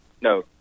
no